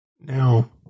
Now